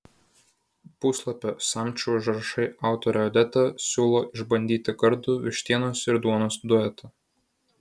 puslapio samčio užrašai autorė odeta siūlo išbandyti gardų vištienos ir duonos duetą